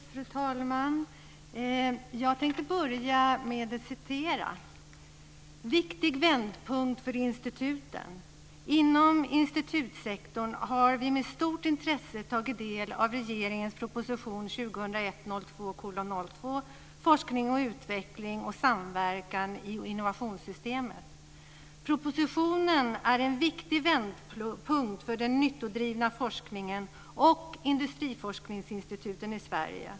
Fru talman! Jag tänker börja med att citera: "Viktig vändpunkt för instituten - inom institutssektorn har vi med stort intresse tagit del av regeringens proposition 2001/02:02, FoU och samverkan i innovationssystemet. Propositionen är en viktig vändpunkt för den nyttodrivna forskningen och industriforskningsinstituten i Sverige."